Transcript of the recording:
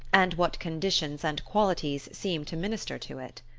and what conditions and qualities seem to minister to it?